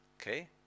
Okay